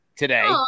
Today